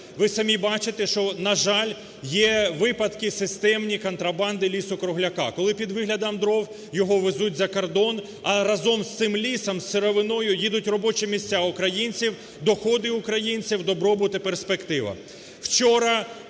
ви самі бачите, що, на жаль, є випадки системні контрабанди лісу-кругляка, коли під виглядом дров його везуть за кордон, а разом з цим лісом, з сировиною їдуть робочі місця українців, доходи українців, добробут і перспектива.